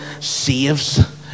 saves